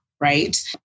right